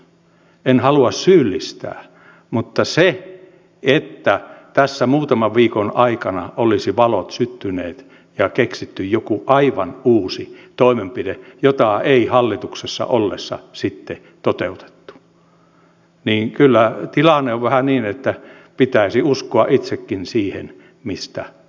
en halua syyllistää mutta että tässä muutaman viikon aikana olisivat valot syttyneet ja olisi keksitty joku aivan uusi toimenpide jota ei hallituksessa ollessa sitten toteutettu kyllä tilanne on vähän niin että pitäisi uskoa itsekin siihen mistä puhuu